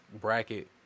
bracket